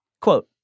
Quote